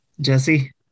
Jesse